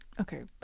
Okay